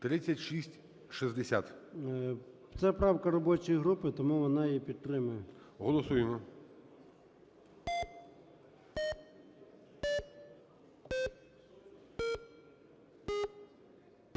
О.М. Це правка робочої групи, тому вона її підтримує. ГОЛОВУЮЧИЙ.